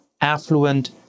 affluent